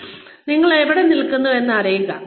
ഒന്ന് നിങ്ങൾ എവിടെ നിൽക്കുന്നു എന്ന് അറിയുക